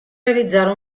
realizzare